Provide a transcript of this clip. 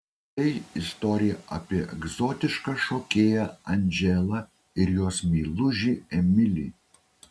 tai istorija apie egzotišką šokėją andželą ir jos meilužį emilį